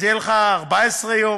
אז יהיו לך 14 יום.